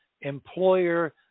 employer